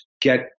get